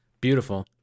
Beautiful